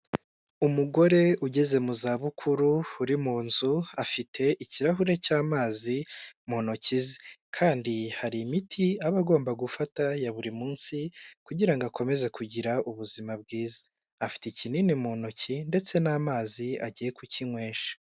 Umugore ugeze mu za bukuru uri mu nzu afite ikirahure cy'amazi mu ntoki ze kandi hari imiti aba agomba gufata ya buri munsi kugira ngo akomeze kugira ubuzima bwiza afite ikinini mu ntoki ndetse n'amazi agiye kukinywesha.